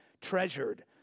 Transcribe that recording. treasured